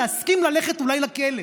להסכים ללכת אולי לכלא.